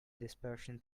dispersion